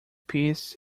peace